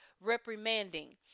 reprimanding